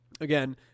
again